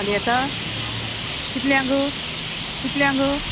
हाली येता कितल्यांक कितल्यांक